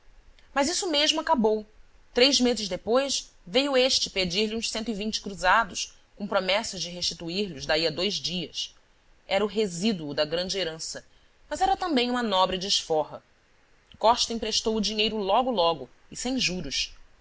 mas isso mesmo acabou três meses depois veio este pedir-lhe uns cento e vinte cruzados com promessa de restituir lhos daí a dois dias era resíduo da grande herança mas era também uma nobre desforra costa emprestou o dinheiro logo logo e sem juros